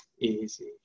easy